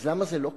אז למה זה לא קרה?